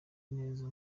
neza